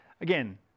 again